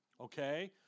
okay